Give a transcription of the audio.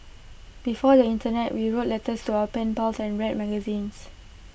before the Internet we wrote letters to our pen pals and read magazines